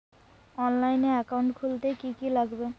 অনলাইনে একাউন্ট খুলতে কি কি লাগবে?